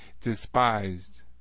despised